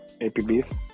APBs